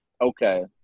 Okay